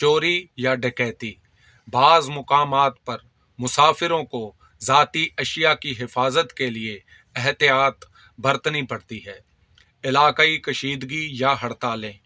چوری یا ڈکیتی بعض مقامات پر مسافروں کو ذاتی اشیاء کی حفاظت کے لیے احتیاط برتنی پڑتی ہے علاقائی کشیدگی یا ہڑتالیں